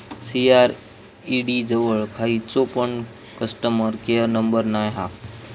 CRED जवळ खयचो पण कस्टमर केयर नंबर नाय हा